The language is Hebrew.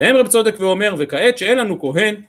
עמר בצודק ואומר וכעת שאין לנו כהן